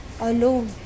alone